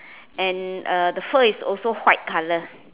and uh the fur is also white colour